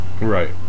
Right